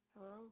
Hello